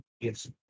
Yes